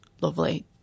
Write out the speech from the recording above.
lovely